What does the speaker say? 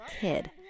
kid